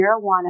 marijuana